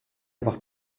avoir